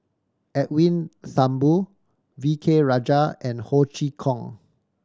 Edwin Thumboo V K Rajah and Ho Chee Kong